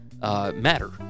matter